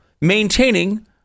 maintaining